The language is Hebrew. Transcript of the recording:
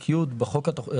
בבקשה.